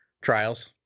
trials